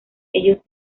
ellos